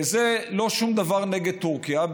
זה לא שום דבר נגד טורקיה,